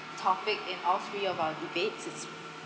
topic in all three of our debates